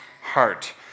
heart